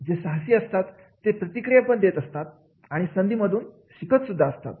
जे साहसी असतात ते ती प्रतिक्रिया पण देत असतात आणि संधी मधून शिकत सुद्धा असतात